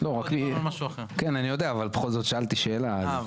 שאלתי שאלה.